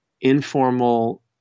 informal